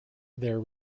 their